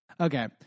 Okay